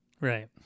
Right